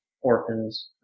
orphans